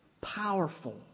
powerful